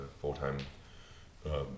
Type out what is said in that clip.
full-time